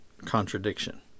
contradiction